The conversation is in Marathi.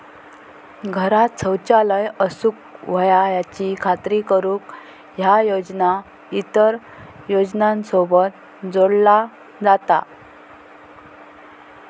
घरांत शौचालय असूक व्हया याची खात्री करुक ह्या योजना इतर योजनांसोबत जोडला जाता